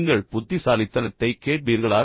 நீங்கள் புத்திசாலித்தனத்தை கேட்பீர்களா